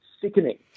sickening